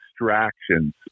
distractions